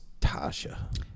Tasha